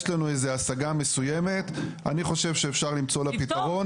יש לנו איזה השגה מסוימת אני חושב שאפשר למצוא לה פתרון,